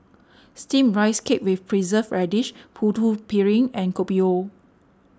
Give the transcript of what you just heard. Steamed Rice Cake with Preserved Radish Putu Piring and Kopi O